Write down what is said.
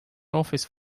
office